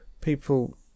people